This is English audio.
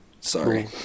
Sorry